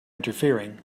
interfering